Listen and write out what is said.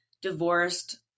divorced